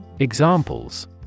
Examples